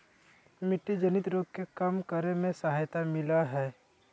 मिट्टी जनित रोग के कम करे में सहायता मिलैय हइ